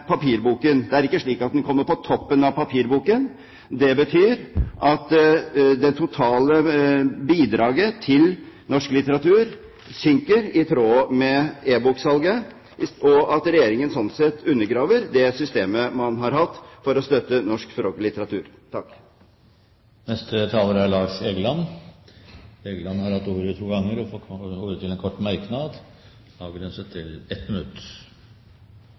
papirboken – det er ikke slik at den kommer på toppen av papirboken. Det betyr at det totale bidraget til norsk litteratur synker i tråd med e-boksalget, og at Regjeringen sånn sett undergraver det systemet man har hatt for å støtte norsk språk og norsk litteratur. Lars Egeland har hatt ordet to ganger og får ordet til en kort merknad, avgrenset til 1 minutt.